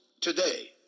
today